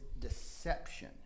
deception